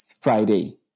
Friday